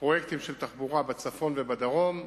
פרויקטים של תחבורה בצפון ובדרום,